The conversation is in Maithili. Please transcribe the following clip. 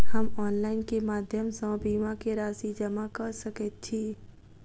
हम ऑनलाइन केँ माध्यम सँ बीमा केँ राशि जमा कऽ सकैत छी?